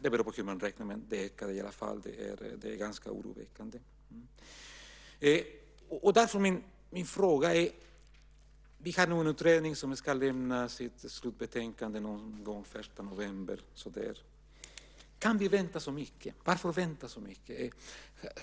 %; det beror på hur man räknar, men de ökade i alla fall, vilket är ganska oroväckande. Vi har nu en utredning som ska lämna sitt slutbetänkande omkring den 1 november. Varför vänta så länge? Kan vi vänta så länge?